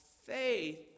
faith